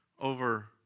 over